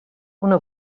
una